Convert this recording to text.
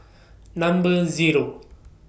Number Zero